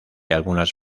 algunas